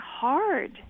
hard